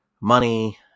money